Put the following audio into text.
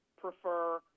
prefer